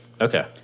Okay